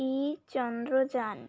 ই Chandrayaan